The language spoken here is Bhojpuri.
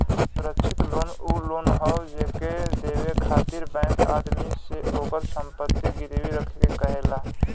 सुरक्षित लोन उ लोन हौ जेके देवे खातिर बैंक आदमी से ओकर संपत्ति गिरवी रखे के कहला